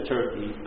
Turkey